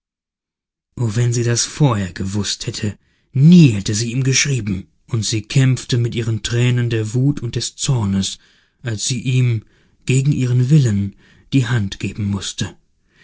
wenn sie das vorher gewußt hätte nie hätte sie ihm geschrieben und sie kämpfte mit ihren tränen der wut und des zornes als sie ihm gegen ihren willen die hand geben mußte